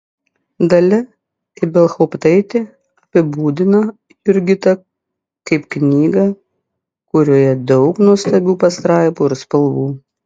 dalia ibelhauptaitė apibūdina jurgitą kaip knygą kurioje daug nuostabių pastraipų ir spalvų